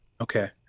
okay